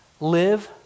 Live